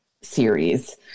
series